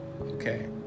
okay